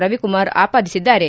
Ravikumar ಆಪಾದಿಸಿದ್ದಾರೆ